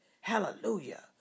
hallelujah